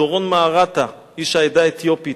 דורון מהרטה, איש העדה האתיופית,